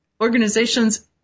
organizations